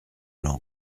l’en